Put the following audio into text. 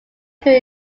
school